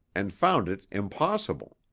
and found it impossible.